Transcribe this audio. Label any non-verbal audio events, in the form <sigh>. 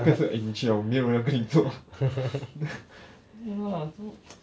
那个是没有人跟你坐 <laughs> 不要 lah 做么